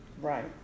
right